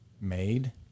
made